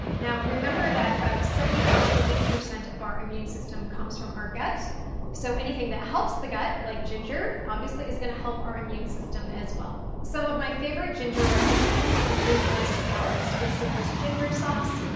now remember that about seventy five to eighty percent of our immune system comes from our gut so anything that helps the gut like the ginger, obviously, is gonna help our immune system as well. some of my favorite ginger recipes include my scallops with citrus ginger sauce,